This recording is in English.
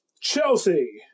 Chelsea